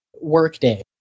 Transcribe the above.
workday